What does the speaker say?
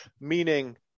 Meaning